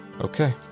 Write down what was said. Okay